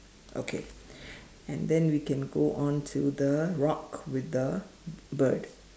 okay and then we can go on to the rock with the bird